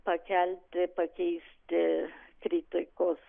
pakelti pakeisti kritikos